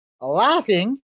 laughing